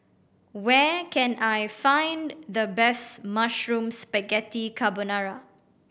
where can I find the best Mushroom Spaghetti Carbonara